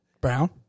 Brown